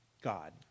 God